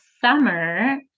summer